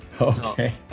Okay